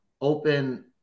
open